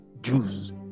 Jews